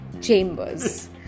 chambers